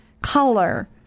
color